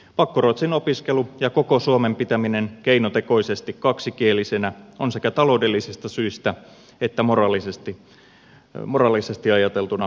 pakkoruotsin opiskelu ja koko suomen pitäminen keinotekoisesti kaksikielisenä on sekä taloudellisista syistä että moraalisesti ajateltuna huono vaihtoehto